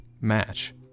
match